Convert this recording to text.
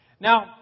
Now